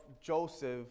Joseph